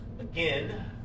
Again